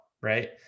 Right